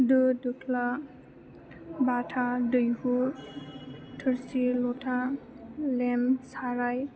दो दोख्ला बाथा दैहु थोरसि लथा लेम्प साराय